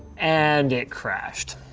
and it crashed.